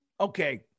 okay